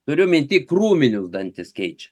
turiu minty krūminius dantis keičia